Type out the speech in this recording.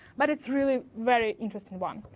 but it's really very interesting one.